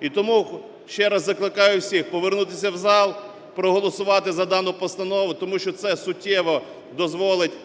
І тому ще раз закликаю всіх повернутися в зал, проголосувати за дану постанову, тому що це суттєво дозволить